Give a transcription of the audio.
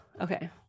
Okay